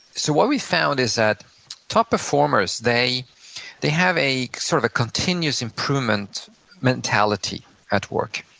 so what we found is that top performers, they they have a sort of continuous improvement mentality at work.